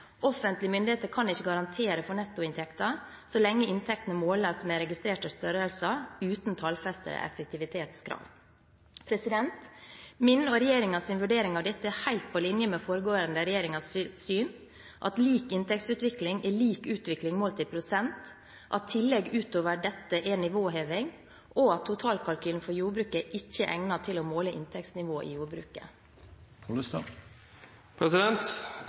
Offentlige myndigheter kan ikke garantere for nettoinntekten så lenge inntektene måles med registrerte størrelser, uten tallfestede effektivitetskrav. Min og regjeringens vurdering av dette er helt på linje med foregående regjeringers syn: At lik inntektsutvikling er lik utvikling målt i prosent, at tillegg utover dette er nivåheving, og at totalkalkylen for jordbruket ikke er egnet til å måle inntektsnivå i jordbruket.